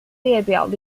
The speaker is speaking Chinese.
列表